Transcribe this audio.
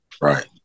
Right